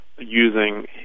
using